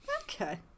Okay